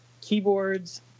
keyboards